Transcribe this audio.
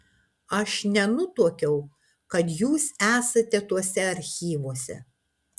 aš nenutuokiau kad jūs esate tuose archyvuose